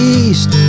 east